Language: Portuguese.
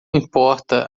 importa